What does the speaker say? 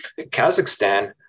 Kazakhstan